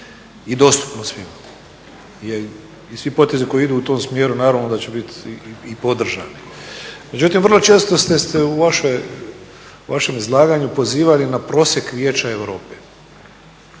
i dostupno svima jer i svi potezi koji idu u tom smjeru naravno da će biti i podržani, međutim vrlo često ste u vašem izlaganju pozivali na prosjek Vijeća Europe.